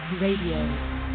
Radio